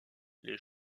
les